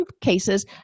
cases